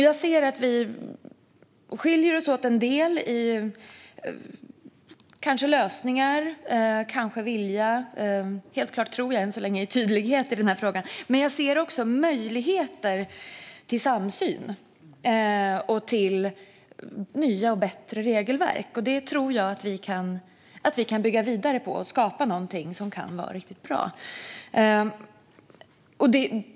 Jag ser att vi kanske skiljer oss åt en del om lösningar, vilja och helt klart än så länge tydlighet i den här frågan. Jag ser också möjligheter till samsyn och till nya och bättre regelverk. Det tror jag att vi kan bygga vidare på och skapa någonting som kan vara riktigt bra.